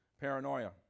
Paranoia